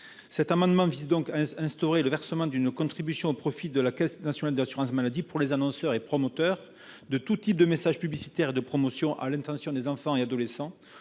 Cet amendement vise à instaurer le versement d'une contribution au profit de la Caisse nationale de l'assurance maladie par les annonceurs et promoteurs de tout type de messages publicitaires et de promotions à l'intention des enfants et adolescents